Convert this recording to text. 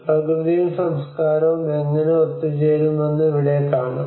പ്രകൃതിയും സംസ്കാരവും എങ്ങനെ ഒത്തുചേരുമെന്ന് ഇവിടെ കാണാം